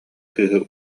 кыыһы